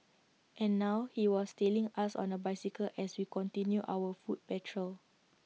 and now he was tailing us on A bicycle as we continued our foot patrol